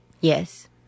Yes